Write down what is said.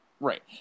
right